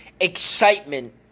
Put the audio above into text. Excitement